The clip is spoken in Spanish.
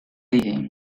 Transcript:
dije